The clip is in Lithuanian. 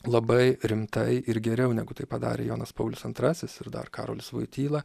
labai rimtai ir geriau negu tai padarė jonas paulius antrasis ir dar karolis voityla